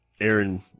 Aaron